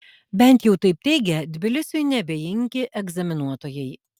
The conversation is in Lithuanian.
bent jau taip teigia tbilisiui neabejingi egzaminuotojai